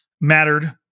mattered